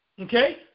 Okay